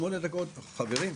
שמונה דקות חברים,